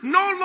no